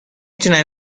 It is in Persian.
تونم